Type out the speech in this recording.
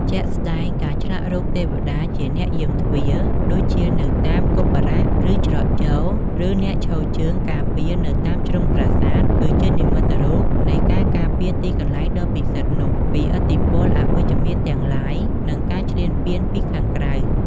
ជាក់ស្តែង ការឆ្លាក់រូបទេវតាជាអ្នកយាមទ្វារ ដូចជានៅតាមគោបុរៈ ឬច្រកចូល ឬអ្នកឈរជើងការពារនៅតាមជ្រុងប្រាសាទ គឺជានិមិត្តរូបនៃការការពារទីកន្លែងដ៏ពិសិដ្ឋ នោះពីឥទ្ធិពលអវិជ្ជមានទាំងឡាយ និងការឈ្លានពានពីខាងក្រៅ។